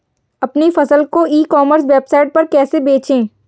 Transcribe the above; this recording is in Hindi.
अपनी फसल को ई कॉमर्स वेबसाइट पर कैसे बेचें?